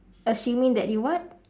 assuming that you what